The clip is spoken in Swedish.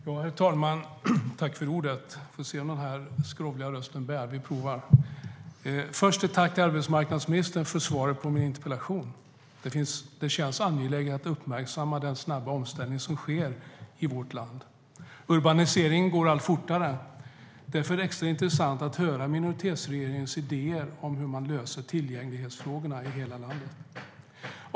Herr talman! Först vill jag tacka arbetsmarknadsministern för svaret på min interpellation. Det känns angeläget att uppmärksamma den snabba omställning som nu sker i vårt land. Urbaniseringen går allt fortare. Därför är det extra intressant att höra minoritetsregeringens idéer om hur man löser tillgänglighetsfrågorna i hela landet.